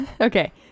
okay